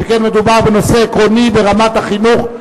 שכן מדובר בנושא עקרוני ברמת החינוך,